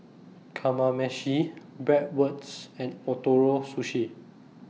Kamameshi Bratwurst and Ootoro Sushi